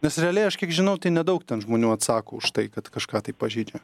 nes realiai aš kiek žinau nedaug ten žmonių atsako už tai kad kažką tai pažeidė